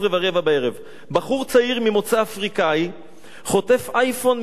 בחור צעיר ממוצא אפריקאי חוטף אייפון מידה